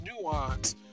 nuance